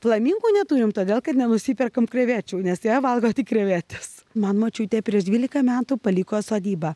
flamingų neturim todėl kad nenusiperkam krevečių nes jie valgo tik krevetes man močiutė prieš dvylika metų paliko sodybą